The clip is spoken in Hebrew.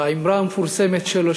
והאמרה המפורסמת שלו,